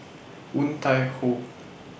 Woon Tai Ho